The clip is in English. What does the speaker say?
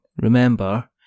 remember